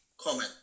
comment